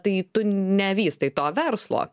tai tu nevystai to verslo